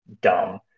dumb